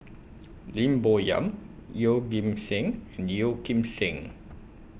Lim Bo Yam Yeoh Ghim Seng Yeo Kim Seng